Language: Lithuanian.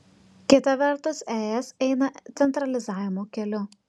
kita vertus es eina centralizavimo keliu